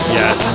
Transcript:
yes